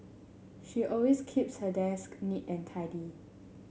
she always keeps her desk neat and tidy